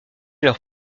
leur